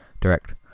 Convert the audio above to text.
direct